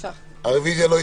הצבעה הרוויזיה לא אושרה.